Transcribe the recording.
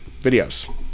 videos